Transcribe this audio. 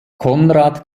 konrad